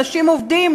אנשים עובדים,